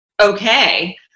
Okay